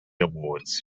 awards